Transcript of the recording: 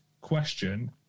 Question